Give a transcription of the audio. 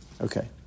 okay